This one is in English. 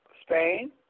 Spain